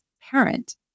parent